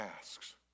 asks